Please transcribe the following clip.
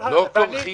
לא כורכים.